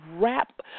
wrap